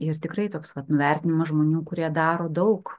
ir tikrai toks pat nuvertinimas žmonių kurie daro daug